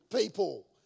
people